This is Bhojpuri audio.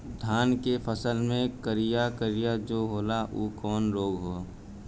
धान के फसल मे करिया करिया जो होला ऊ कवन रोग ह?